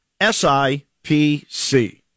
SIPC